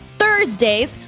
Thursdays